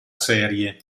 serie